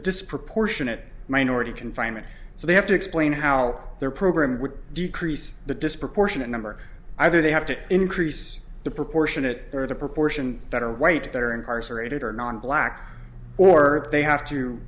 disproportionate minority confinement so they have to explain how their program would decrease the disproportionate number either they have to increase the proportionate or the proportion that are white that are incarcerated or non black or they have to